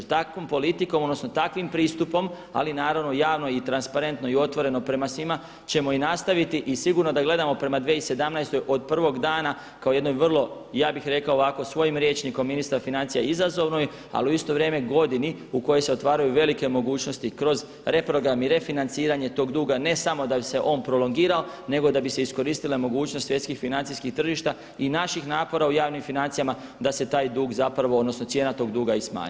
Takvom politikom odnosno takvim pristupom, ali naravno javno i transparentno i otvoreno prema svima ćemo i nastaviti i sigurno da gledamo prema 2017. od prvog dana kao jednoj vrlo ja bih rekao ovako svojim rječnikom ministar financija izazovnoj, ali u isto vrijeme godini u kojoj se otvaraju velike mogućnosti kroz reprogram i refinanciranje tog duga ne samo da bi se on prolongirao, nego da bi se iskoristile mogućnost svjetskih, financijskih tržišta i naših napora u javnim financijama da se taj dug zapravo, odnosno cijena tog duga i smanji.